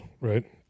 right